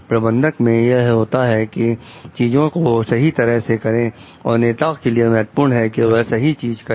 प्रबंधक में यह होता है कि चीजों को सही तरह से करें और नेता के लिए महत्वपूर्ण है कि सही चीज करें